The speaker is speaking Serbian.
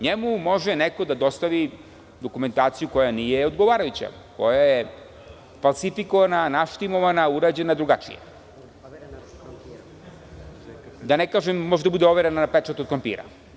Njemu može neko da dostavi dokumentaciju koja nije odgovarajuća, koja je falsifikovana, naštimovana, urađena drugačije, da ne kažem može da bude overena na pečatu od krompira.